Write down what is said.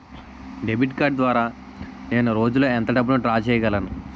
Debit card ద్వారా నేను రోజు లో ఎంత డబ్బును డ్రా చేయగలను?